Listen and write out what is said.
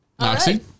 Noxie